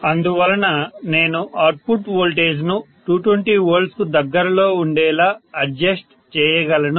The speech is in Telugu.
అందువలన నేను అవుట్పుట్ వోల్టేజ్ ను 220Vకు దగ్గరలో ఉండేలా అడ్జస్ట్ చేయగలను